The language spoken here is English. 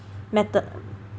metab~